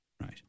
Right